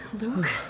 Luke